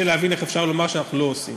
להבין איך אפשר לומר שאנחנו לא עושים.